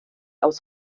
aus